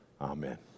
Amen